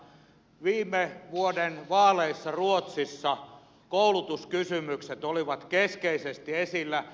viime vuoden vaaleissa ruotsissa koulutuskysymykset olivat keskeisesti esillä